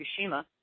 Fukushima